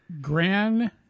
Grand